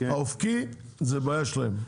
האופקי זה בעיה שלהם.